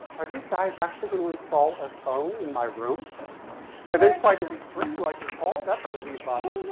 are these guys actually gonna install a phone in my room and then try to restrict who i can call? that's gonna be fun,